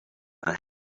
and